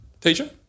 Teacher